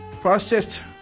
Processed